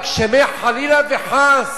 רק שחלילה וחס